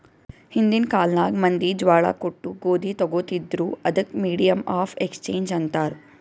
ಹಿಂದಿನ್ ಕಾಲ್ನಾಗ್ ಮಂದಿ ಜ್ವಾಳಾ ಕೊಟ್ಟು ಗೋದಿ ತೊಗೋತಿದ್ರು, ಅದಕ್ ಮೀಡಿಯಮ್ ಆಫ್ ಎಕ್ಸ್ಚೇಂಜ್ ಅಂತಾರ್